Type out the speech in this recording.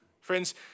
Friends